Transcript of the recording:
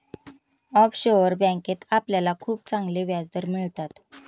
offshore बँकेत आपल्याला खूप चांगले व्याजदर मिळतात